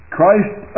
Christ